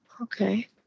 Okay